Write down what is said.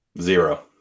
Zero